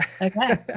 Okay